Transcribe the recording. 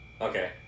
Okay